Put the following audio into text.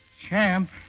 champ